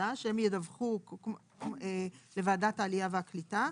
חדש"; הם ידווחו לוועדת העלייה והקליטה.